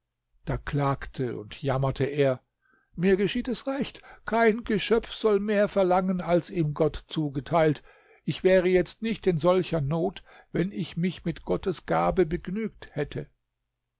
da klagte und jammerte er mir geschieht es recht kein geschöpf soll mehr verlangen als ihm gott zugeteilt ich wäre jetzt nicht in solcher not wenn ich mich mit gottes gabe begnügt hätte